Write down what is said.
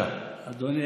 אדוני,